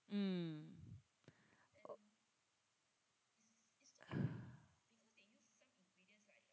mm